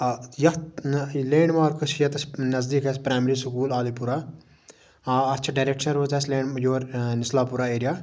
آ یَتھ landmarks چھِ ییٚتس نَزدیٖک اَسہِ پرٛایمری سکوٗل عالی پورہ آ اَتھ چھِ ڈایریکشَن روزِ اَسہِ لینٛڈ یور نِسلاپوٗرہ ایریا